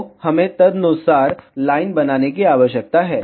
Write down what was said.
तो हमें तदनुसार लाइन बनाने की आवश्यकता है